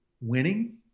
winning